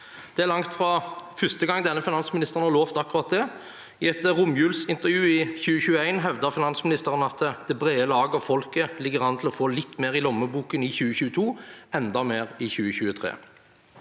Det er langt fra første gang denne finansministeren har lovt akkurat det. I et romjulsintervju i 2021 hevdet finansministeren at det brede lag av folket ligger an til å få litt mer i lommeboken i 2022, enda mer i 2023.